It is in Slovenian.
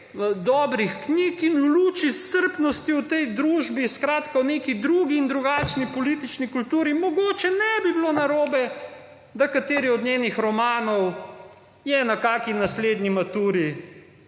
dobrih knjig in v luči strpnosti v tej družbi, skratka, v neki drugi in drugačni politični kulturi mogoče ne bi bilo narobe, da kateri od njenih romanov je na kakšni naslednji maturi